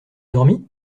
dormi